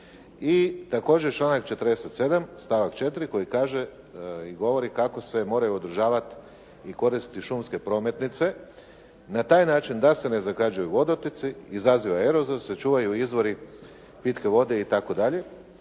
I također članak 47. stavak 4. koji kaže i govori kako se moraju održavati i koristiti šumske prometnice na taj način da se ne zagađuju vodotoci, izaziva erozija, sačuvaju izvori pitke vode itd.